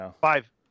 Five